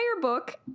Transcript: book